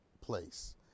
place